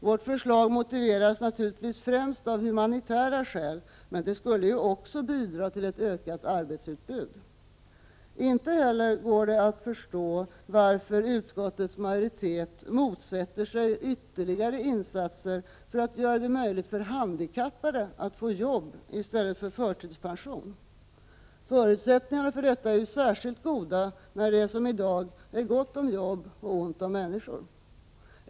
Vårt förslag motiveras främst av humanitära skäl, men det skulle naturligtvis också bidra till ökat arbetsutbud. Inte heller går det att förstå varför utskottets majoritet motsätter sig ytterligare insatser för att göra det möjligt för handikappade att få jobb i stället för förtidspension. Förutsättningarna för detta är ju särskilt goda när det som i dag är gott om jobb och ont om människor.